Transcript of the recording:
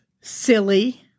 silly